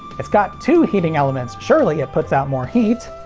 it's got two heating elements! surely it puts out more heat!